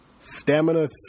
Stamina